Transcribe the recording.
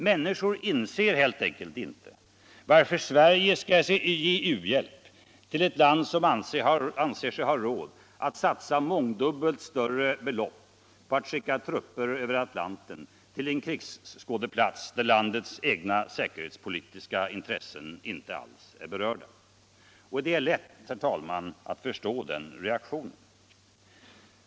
Människor inser helt enkelt inte varför Sverige skall ge u-hjälp till ett land som anser sig ha råd att satsa mångdubbelt större belopp på att skicka trupper över Atlanten till en krigskådeplats där landets egna säkerhetspolitiska intressen inte alls är berörda. Det är lätt att förstå den reaktionen.